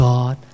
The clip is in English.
God